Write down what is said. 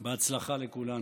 בהצלחה לכולנו.